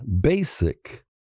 basic